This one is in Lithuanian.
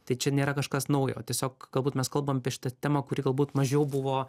tai čia nėra kažkas naujo tiesiog galbūt mes kalbam apie šitą temą kuri galbūt mažiau buvo